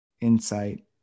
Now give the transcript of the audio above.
insight